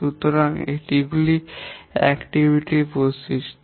সুতরাং এগুলি কার্যকলাপ এর বৈশিষ্ট্য